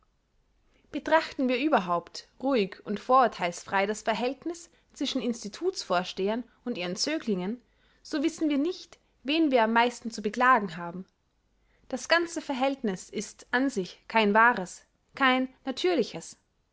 betrachten wir überhaupt ruhig und vorurtheilsfrei das verhältniß zwischen institutsvorstehern und ihren zöglingen so wissen wir nicht wen wir am meisten zu beklagen haben das ganze verhältniß ist an sich kein wahres kein natürliches